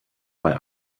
bei